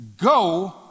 Go